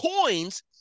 coins